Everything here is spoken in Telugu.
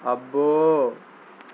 అబ్బో